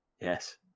Yes